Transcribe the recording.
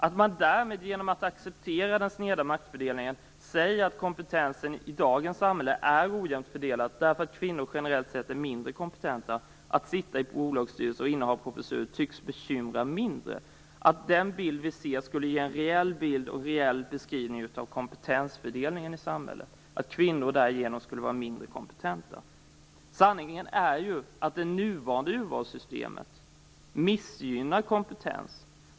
Att man därmed, genom att acceptera den sneda maktfördelningen, säger att kompetensen i dagens samhälle är ojämnt fördelad därför att kvinnor generellt sett är mindre kompetenta att sitta i bolagsstyrelser och inneha professurer tycks bekymra mindre - dvs. att det vi ser skulle vara en reell bild och reell beskrivning av kompetensfördelningen i samhället och att kvinnor därigenom skulle vara mindre kompetenta. Sanningen är att det nuvarande urvalssystemet missgynnar kompetensen.